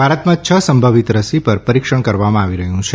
ભારતમાં છ સંભવીત રસી પર પરીક્ષણ કરવામાં આવી રહયું છે